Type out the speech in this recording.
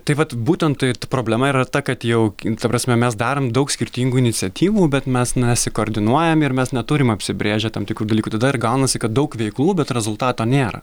tai vat būtent ta problema yra ta kad jau ta prasme mes darom daug skirtingų iniciatyvų bet mes nesikoordinuojami ir mes neturim apsibrėžę tam tikrų dalykų tada ir gaunasi kad daug veiklų bet rezultato nėra